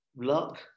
luck